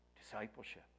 Discipleship